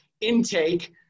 intake